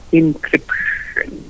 encryption